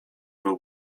byl